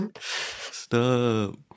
stop